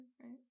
right